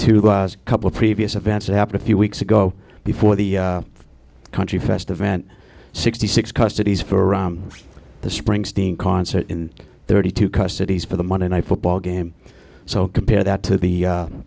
to a couple of previous events that happened a few weeks ago before the country festival sixty six custody for the springsteen concert in thirty two custody for the monday night football game so compare that to the